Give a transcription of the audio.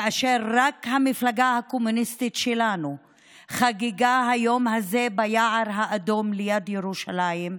כאשר רק המפלגה הקומוניסטית שלנו חגגה ביום הזה ביער האדום ליד ירושלים,